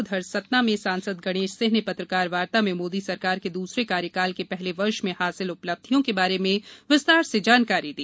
उधर सतना में सांसद गणेश सिंह ने पत्रकार वार्ता में मोदी सरकार के दूसरे कार्यकाल के पहले वर्ष में हासिल उपलब्धियों के बारे में विस्तार से जानकारी दी